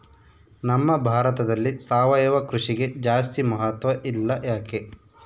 ನಮ್ಮ ಭಾರತದಲ್ಲಿ ಸಾವಯವ ಕೃಷಿಗೆ ಜಾಸ್ತಿ ಮಹತ್ವ ಇಲ್ಲ ಯಾಕೆ?